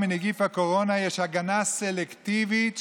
חבר הכנסת הרב ישראל אייכלר,